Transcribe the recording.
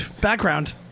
background